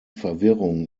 verwirrung